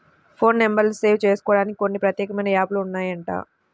phone నెంబర్లు save జేసుకోడానికి కొన్ని ప్రత్యేకమైన యాప్ లు ఉన్నాయంట